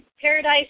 Paradise